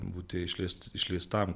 būti išleisti išleistam